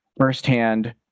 firsthand